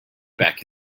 back